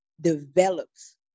develops